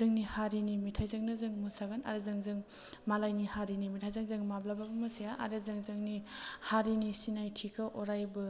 जोंनि हारिनि मेथाइजोंनो जों मोसागोन आरो जों जों मालायनि हारिनि मेथाइजों जों माब्लाबाबो मोसाया आरो जों जोंनि हारिनि सिनायथिखौ अरायबो